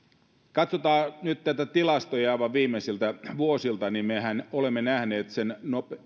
katsotaan nyt näitä tilastoja aivan viimeisiltä vuosilta mehän olemme nähneet sen